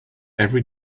every